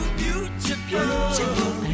beautiful